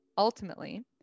Ultimately